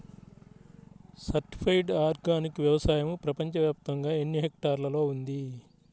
Certified organic వ్యవసాయం ప్రపంచ వ్యాప్తముగా ఎన్నిహెక్టర్లలో ఉంది?